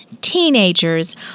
Teenagers